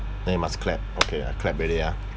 then must clap okay I clap already ah